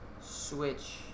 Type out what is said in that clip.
Switch